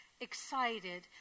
excited